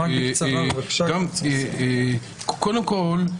קודם כול,